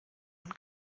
man